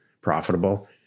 profitable